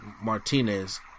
Martinez